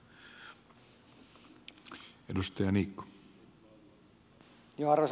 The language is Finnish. arvoisa puhemies